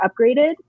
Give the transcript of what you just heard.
upgraded